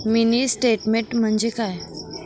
Mini statement म्हणजे काय?